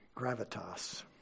gravitas